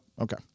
Okay